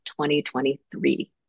2023